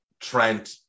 Trent